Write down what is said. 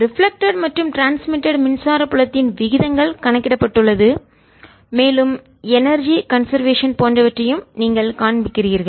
reflected மற்றும் transmitted மின்சார புலத்தின் விகிதங்கள் கணக்கிடப்பட்டுள்ளது மேலும் எனர்ஜிஆற்றல் கன்சர்வேஷன் போன்றவற்றையும் நீங்கள் காண்பிக்கிறீர்கள்